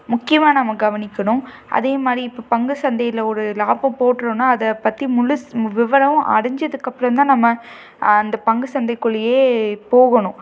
முக்கியமாக நம்ம கவனிக்கணும் அதே மாதிரி இப்போ பங்குசந்தையில் ஒரு லாபம் போடுறோன்னா அதை பற்றி முழு விவரமும் அறிஞ்சதுக்கப்புறந்தான் நம்ம அந்த பங்குச்சந்தைக்குள்ளேயே போகணும்